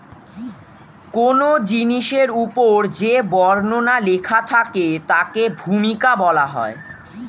কোন জিনিসের উপর যে বর্ণনা লেখা থাকে তাকে ভূমিকা বলা হয়